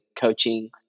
coaching